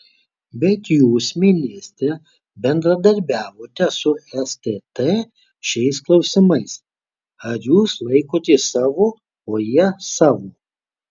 bet jūs ministre bendradarbiavote su stt šiais klausimais ar jūs laikotės savo o jie savo